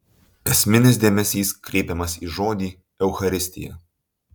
esminis dėmesys kreipiamas į žodį eucharistija